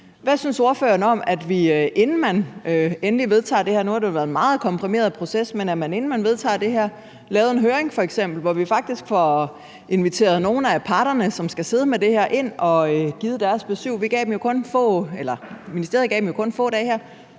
Hvad synes ordføreren om, at vi, inden man endeligt vedtager det her – og nu har det jo været en meget komprimeret proces – f.eks. lavede en høring, hvor vi faktisk fik inviteret nogle af parterne, som skal sidde med det her, ind og give deres besyv med? Ministeriet gav dem jo kun få dage her.